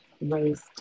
raised